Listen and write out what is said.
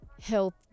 health